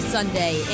Sunday